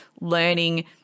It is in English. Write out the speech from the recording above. learning